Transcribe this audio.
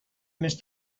més